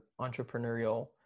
entrepreneurial